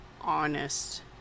honest